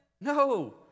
No